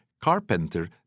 carpenter